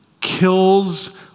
kills